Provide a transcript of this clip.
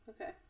Okay